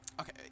okay